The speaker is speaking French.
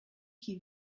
qui